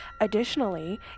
additionally